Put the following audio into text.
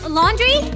laundry